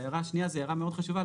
ההערה השנייה זו הערה מאוד חשובה,